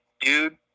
dude